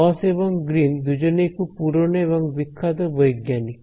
গস এবং গ্রীন দুজনেই খুব পুরনো এবং বিখ্যাত বৈজ্ঞানিক